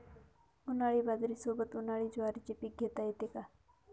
उन्हाळी बाजरीसोबत, उन्हाळी ज्वारीचे पीक घेता येते का?